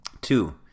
Two